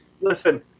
Listen